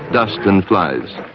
dust and flies.